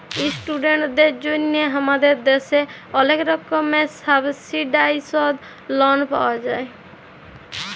ইশটুডেন্টদের জন্হে হামাদের দ্যাশে ওলেক রকমের সাবসিডাইসদ লন পাওয়া যায়